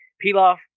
Pilaf